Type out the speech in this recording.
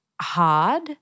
hard